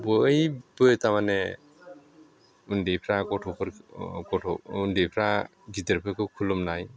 बयबो थारमाने उन्दैफ्रा गथ'फोर गथ' उन्दैफ्रा गिदिरफोरखौ खुलुमनाय